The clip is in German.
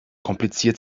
kompliziert